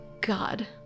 God